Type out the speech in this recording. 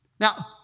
Now